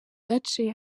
gace